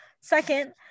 second